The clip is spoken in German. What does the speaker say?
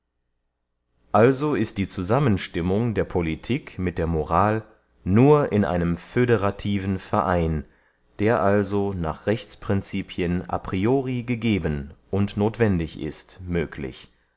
also ist die zusammenstimmung der politik mit der moral nur in einem föderativen verein der also nach rechtsprincipien a priori gegeben und nothwendig ist möglich